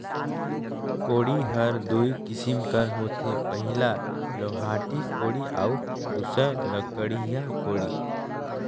कोड़ी हर दुई किसिम कर होथे पहिला लोहाटी कोड़ी अउ दूसर लकड़िहा कोड़ी